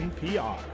NPR